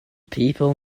people